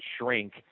shrink